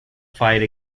fight